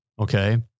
Okay